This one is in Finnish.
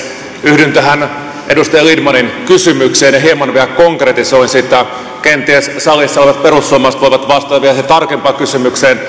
yhdyn tähän edustaja lindtmanin kysymykseen ja hieman vielä konkretisoin sitä kenties salissa olevat perussuomalaiset voivat vastata vielä siihen tarkempaan kysymykseen